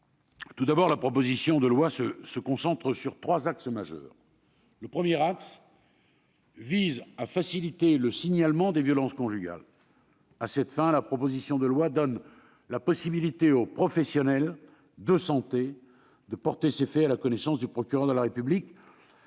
tout d'abord, la proposition de loi se concentre sur trois axes majeurs. Le premier vise à faciliter le signalement des violences conjugales. À cette fin, la proposition de loi donne la possibilité aux professionnels de santé de porter ces faits à la connaissance du procureur de la République,